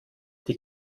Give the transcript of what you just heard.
die